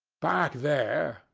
back there!